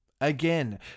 Again